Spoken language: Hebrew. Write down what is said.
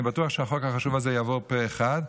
אני בטוח שהחוק החשוב הזה יעבור פה אחד,